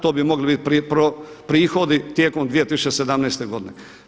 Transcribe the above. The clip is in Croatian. To bi mogli biti prihodi tijekom 2017. godine.